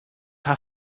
har